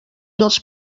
dels